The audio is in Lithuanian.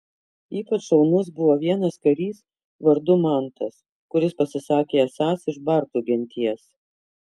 ypač šaunus buvo vienas karys vardu mantas kuris pasisakė esąs iš bartų genties